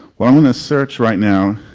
well i'm gonna search right now